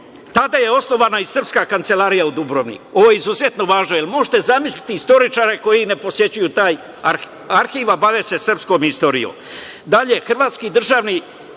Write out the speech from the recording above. Tada je osnovana i srpska kancelarija u Dubrovniku. Ovo je izuzetno važno. Možete li zamislite istoričare koji ne posećuju taj arhiv, a bave se srpskom istorijom?